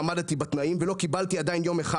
עמדתי בתנאים ולא קיבלתי עדיין יום אחד